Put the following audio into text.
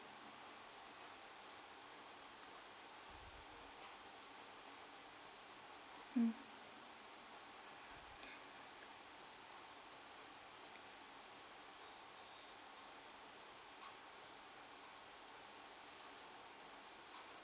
mm